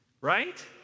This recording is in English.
right